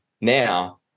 now